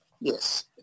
Yes